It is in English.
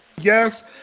Yes